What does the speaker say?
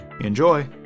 Enjoy